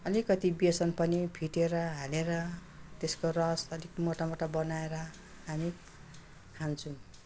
अलिकति बेसन पनि फिटेर हालेर त्यसको रस अलिक मोटा मोटा बनाएर हामी खान्छौँ